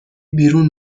بیرون